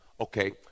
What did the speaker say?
Okay